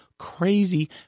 crazy